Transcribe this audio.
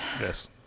Yes